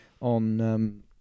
on